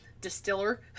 distiller